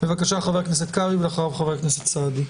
בבקשה, חבר הכנסת קרעי, ואחריו חבר הכנסת סעדי.